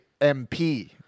MP